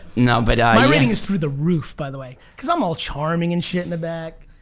no, but i my rating is through the roof, by the way, cause i'm all charming and shit in the back.